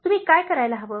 तुम्ही काय करायला हवे